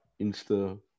Insta